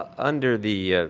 under the